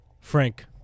frank